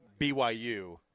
BYU